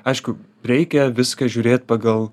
aišku reikia viską žiūrėt pagal